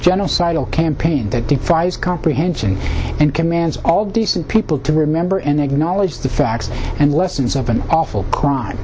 genocidal campaign that defies comprehension and commands all decent people to remember and they acknowledge the facts and lessons of an awful crime